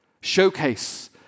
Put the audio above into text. showcase